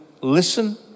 listen